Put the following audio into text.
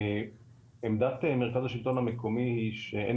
עמדת מרכז השלטון המקומי היא שאין